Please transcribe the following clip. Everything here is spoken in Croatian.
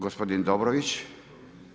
Gospodin Dobrović.